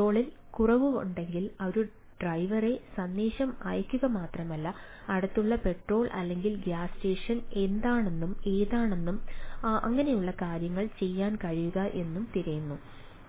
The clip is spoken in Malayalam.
പെട്രോളിൽ കുറവുണ്ടെങ്കിൽ അത് ഡ്രൈവറിന് സന്ദേശം അയയ്ക്കുക മാത്രമല്ല അടുത്തുള്ള പെട്രോൾ അല്ലെങ്കിൽ ഗ്യാസ് സ്റ്റേഷൻ എന്താണെന്നും ആർക്കാണ് കാര്യങ്ങൾ ചെയ്യാൻ കഴിയുക എന്നും തിരയുന്നു